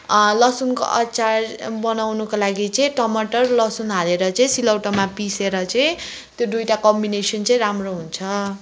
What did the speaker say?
लसुनको अचार बनाउनुको लागि चाहिँ टमाटर लसुन हालेर चाहिँ सिलौटोमा पिसेर चाहिँ त्यो दुईटा कम्बिनेसन चाहिँ राम्रो हुन्छ